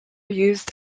used